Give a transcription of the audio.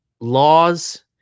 laws